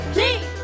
Please